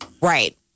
Right